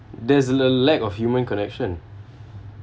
there's a lack of human connection